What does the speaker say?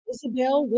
Isabel